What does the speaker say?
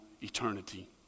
eternity